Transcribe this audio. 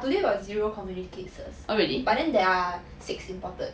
today got zero community cases but then there are six imported